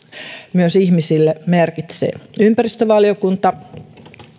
myös ihmisille merkitsee ympäristövaliokunta